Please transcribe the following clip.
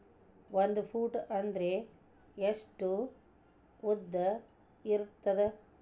ಒಂದು ಫೂಟ್ ಅಂದ್ರೆ ಎಷ್ಟು ಉದ್ದ ಇರುತ್ತದ?